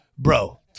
Bro